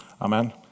Amen